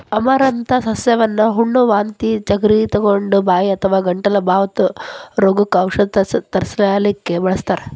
amaranth ಸಸ್ಯವನ್ನ ಹುಣ್ಣ, ವಾಂತಿ ಚರಗಿತೊಗೊಂಡ, ಬಾಯಿ ಅಥವಾ ಗಂಟಲ ಬಾವ್ ರೋಗಕ್ಕ ಔಷಧ ತಯಾರಿಸಲಿಕ್ಕೆ ಬಳಸ್ತಾರ್